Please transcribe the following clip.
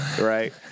right